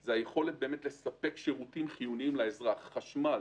הוא היכולת לספק שירותים חיוניים לאזרח חשמל,